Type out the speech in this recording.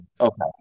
Okay